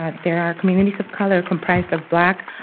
ah there are communities of color comprised of black,